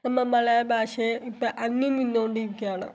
നമ്മൾ മലയാള ഭാഷയെ ഇപ്പം അന്യം നിന്നുകൊണ്ടിരിക്കുകയാണ്